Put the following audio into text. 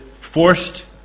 forced